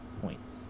points